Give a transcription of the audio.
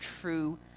true